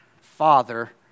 father